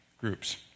Groups